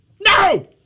No